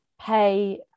pay